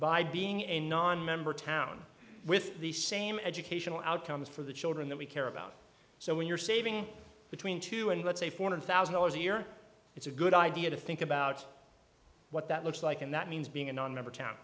by being a nonmember town with the same educational outcomes for the children that we care about so when you're saving between two and let's say four hundred thousand dollars a year it's a good idea to think about what that looks like and that means being a nonmember t